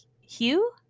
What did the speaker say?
Hugh